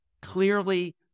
Clearly